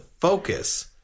focus